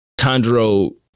Tandro